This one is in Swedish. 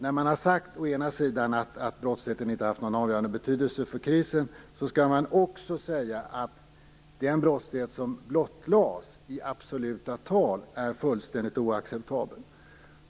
När man å ena sidan har sagt att brottsligheten inte haft någon avgörande betydelse för krisen, skall man å andra sidan också säga att den brottslighet som blottlades i absoluta tal är fullständigt oacceptabel.